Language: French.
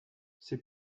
c’est